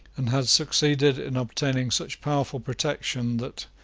and had succeeded in obtaining such powerful protection that,